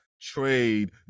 trade